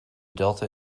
delta